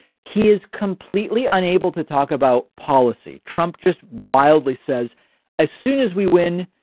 he is completely unable to talk about policy. trump just wildly says as soon as we win,